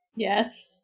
Yes